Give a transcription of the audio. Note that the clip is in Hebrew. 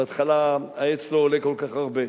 בהתחלה העץ לא עולה כל כך הרבה,